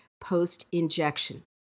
post-injection